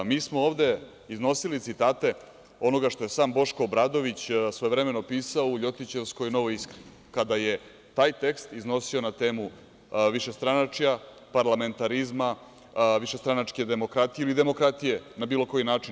Mi smo ovde iznosili citate onoga što je sam Boško Obradović svojevremeno pisao u u Ljotićevskoj „Novoj iskri“ kada je taj tekst iznosio na temu višestranačja, parlamentarizma, višestranačke demokratije ili demokratije na bilo koji način.